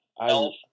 Elf